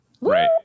Right